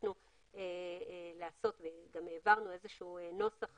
וגם העברנו איזשהו נוסח